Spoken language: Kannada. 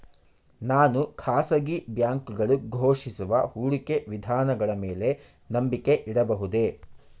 ನಾನು ಖಾಸಗಿ ಬ್ಯಾಂಕುಗಳು ಘೋಷಿಸುವ ಹೂಡಿಕೆ ವಿಧಾನಗಳ ಮೇಲೆ ನಂಬಿಕೆ ಇಡಬಹುದೇ?